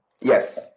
Yes